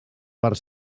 per